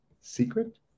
secret